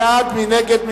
אין חבר כנסת שמבקש להתנגד.